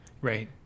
right